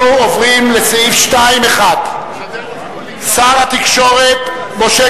אנחנו עוברים לסעיף 2(1). שר התקשורת משה